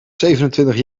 zevenentwintig